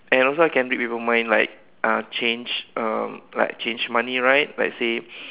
and also I can read people mind like uh change uh like change money right let's say